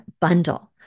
bundle